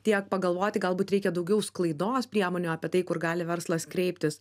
tiek pagalvoti galbūt reikia daugiau sklaidos priemonių apie tai kur gali verslas kreiptis